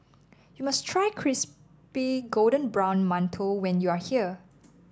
you must try Crispy Golden Brown Mantou when you are here